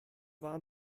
war